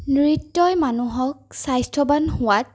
নৃত্যই মানুহক স্বাস্থ্যৱান হোৱাত